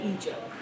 Egypt